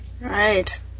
Right